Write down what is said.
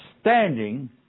standing